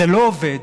זה לא עובד,